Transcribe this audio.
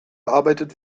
arbeitet